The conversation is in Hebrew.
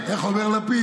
דוד, איך אומר לפיד?